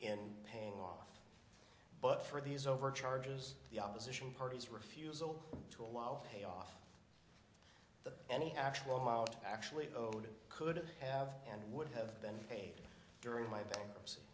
in paying off but for these over chargers the opposition parties refusal to allow pay off that any actual amount actually owed could have and would have been paid during my bankruptcy